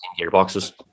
gearboxes